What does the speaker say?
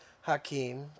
Hakeem